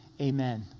Amen